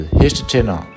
hestetænder